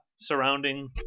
surrounding